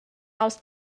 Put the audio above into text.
aus